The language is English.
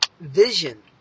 vision